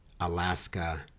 Alaska